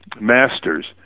masters